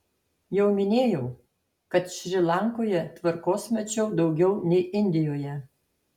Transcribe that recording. jau minėjau kad šri lankoje tvarkos mačiau daugiau nei indijoje